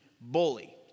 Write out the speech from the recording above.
bully